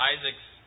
Isaac's